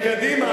בקדימה,